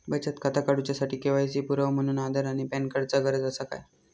बचत खाता काडुच्या साठी के.वाय.सी पुरावो म्हणून आधार आणि पॅन कार्ड चा गरज आसा काय?